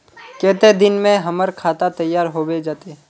केते दिन में हमर खाता तैयार होबे जते?